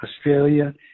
Australia